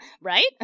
Right